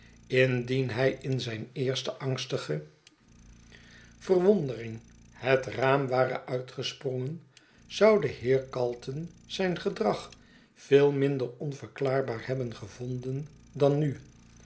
indien hij in zijn eerste angstige verschetsen van boz wondering het raam ware uitgesprongen zou de heer calton zijn gedrag veel minder onverklaarbaar hebben gevonden dan nu